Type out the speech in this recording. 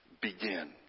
begin